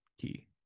key